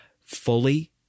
fully